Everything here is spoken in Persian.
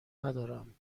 ندارم